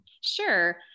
Sure